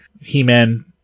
He-Man